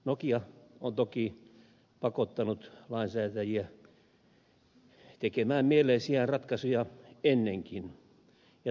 nokia on toki pakottanut lainsäätäjiä tekemään mieleisiään ratkaisuja ennenkin ja turhaan ei täällä ed